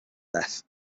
death